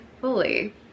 fully